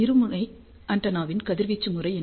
இருமுனை ஆண்டெனாவின் கதிர்வீச்சு முறை என்ன